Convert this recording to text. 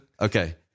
Okay